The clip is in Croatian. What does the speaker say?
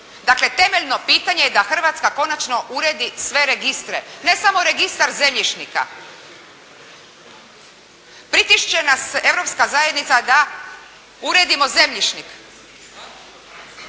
Dakle, temeljno pitanje je da Hrvatska konačno uredi sve registre, ne samo Registar zemljišnika. Pritišće nas Europska zajednica da uredimo Zemljišnik